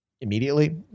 immediately